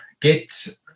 Get